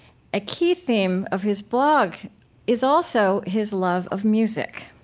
a key theme of his blog is also his love of music.